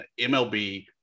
MLB